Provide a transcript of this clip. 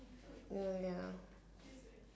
ya ya